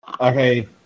Okay